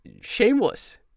Shameless